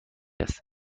است